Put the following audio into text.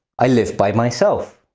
i live by myself.